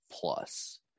plus